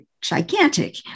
gigantic